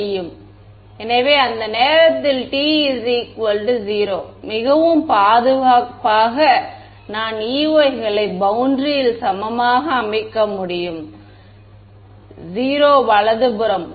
எனவே அந்த நேரத்தில் t 0 மிகவும் பாதுகாப்பாக நான் Ey களை பௌண்டரியில் சமமாக அமைக்க முடியும் 0 வலதுபுறம்